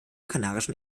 kanarischen